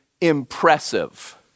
impressive